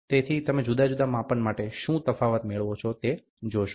તેથી તમે જુદા જુદા માપન માટે શું તફાવત મેળવો છો તે જોશો